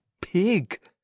pig